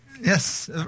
Yes